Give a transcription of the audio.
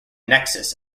nexus